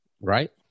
Right